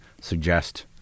suggest